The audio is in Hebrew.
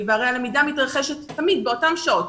והרי הלמידה מתרחשת תמיד באותן שעות,